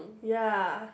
ya